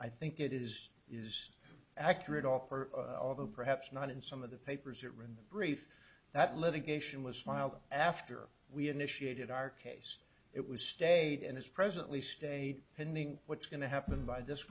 i think it is is accurate offer although perhaps not in some of the papers that written brief that litigation was filed after we initiated our case it was stayed and is presently stayed pending what's going to happen by this